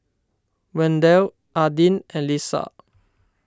Wendel Adin and Leesa